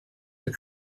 your